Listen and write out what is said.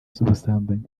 z’ubusambanyi